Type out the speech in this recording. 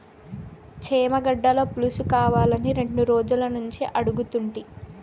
చేమగడ్డల పులుసుకావాలని రెండు రోజులనుంచి అడుగుతుంటి